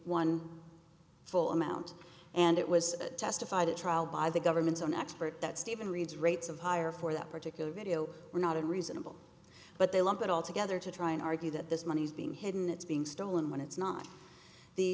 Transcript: one full amount and it was testified at trial by the government's own expert that steven reid's rates of hire for that particular video were not in reasonable but they lump it all together to try and argue that this money's being hidden it's being stolen when it's not the